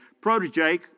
protege